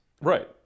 Right